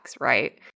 right